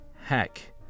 Heck